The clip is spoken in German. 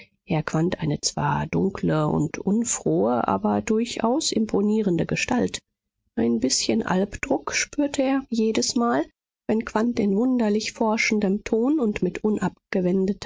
quandt eine zwar dunkle und unfrohe aber durchaus imponierende gestalt ein bißchen alpdruck spürte er jedesmal wenn quandt in wunderlich forschendem ton und mit